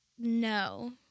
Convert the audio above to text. No